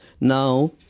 Now